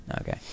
Okay